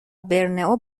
برنئو